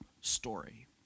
story